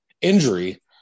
injury